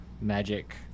magic